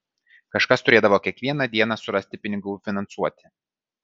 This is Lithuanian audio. kažkas turėdavo kiekvieną dieną surasti pinigų finansuoti